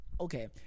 Okay